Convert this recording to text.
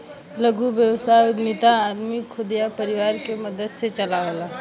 लघु व्यवसाय उद्यमिता आदमी खुद या परिवार के मदद से चलावला